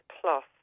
Plus